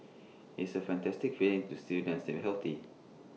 it's A fantastic feeling to see them still healthy